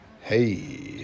Hey